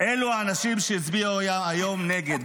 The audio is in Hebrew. אלו האנשים שהצביעו היום נגד.